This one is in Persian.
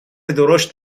درشت